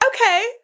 Okay